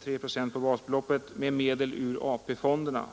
3 procent på basbeloppet — med medel ur 78 AP-fonderna.